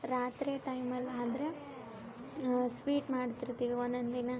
ರಾತ್ರಿ ಟೈಮಲ್ಲಿ ಆದರೆ ಸ್ವೀಟ್ ಮಾಡ್ತಿರ್ತೀವಿ ಒಂದೊಂದು ದಿನ